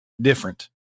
different